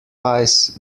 pies